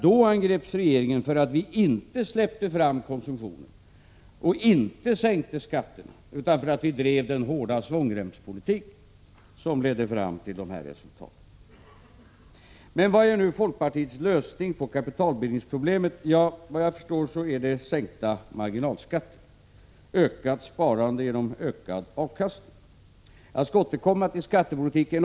Då angreps regeringen för att vi inte släppte fram konsumtionen och inte sänkte skatterna utan drev den hårda svångremspolitik som ledde fram till dessa resultat. Vad är nu folkpartiets lösning på kapitalbildningsproblemet? Vad jag förstår är det sänkta marginalskatter och ökat sparande genom ökad avkastning. Jag skall återkomma till skattepolitiken.